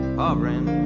hovering